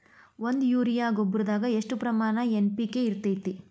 ಒಂದು ಯೂರಿಯಾ ಗೊಬ್ಬರದಾಗ್ ಎಷ್ಟ ಪ್ರಮಾಣ ಎನ್.ಪಿ.ಕೆ ಇರತೇತಿ?